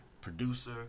Producer